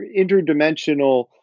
interdimensional